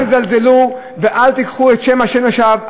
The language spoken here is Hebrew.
אל תזלזלו ואל תיקחו את שם השם לשווא,